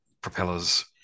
propellers